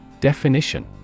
Definition